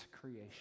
creation